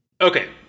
Okay